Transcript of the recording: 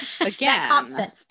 again